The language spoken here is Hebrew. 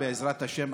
בעזרת השם,